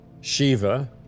Shiva